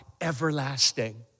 everlasting